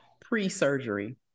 pre-surgery